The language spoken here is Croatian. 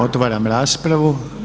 Otvaram raspravu.